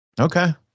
Okay